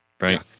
Right